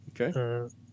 okay